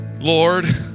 Lord